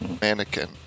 mannequin